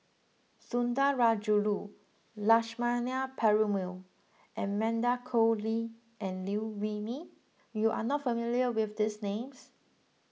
Sundarajulu Lakshmana Perumal Amanda Koe Lee and Liew Wee Mee you are not familiar with these names